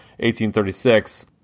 1836